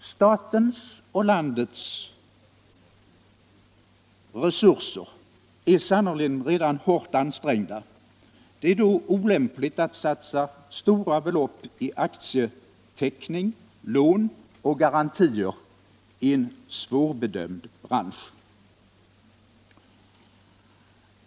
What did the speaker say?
Statens och landets re surser är sannerligen redan hårt ansträngda. Det är då olämpligt att satsa stora belopp i aktieteckning, lån och garantier i en svårbedömd bransch.